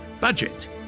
budget